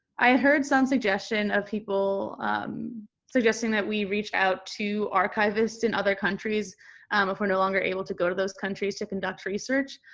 i heard some suggestion of people suggesting that we reached out to archivists in other countries if we're no longer able to go to those countries to conduct research.